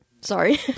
Sorry